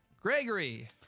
Gregory